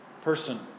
person